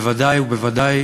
בוודאי ובוודאי